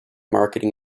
marketing